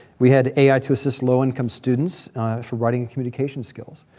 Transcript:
we had ai to assist low income students for writing and communication skills.